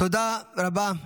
תודה רבה.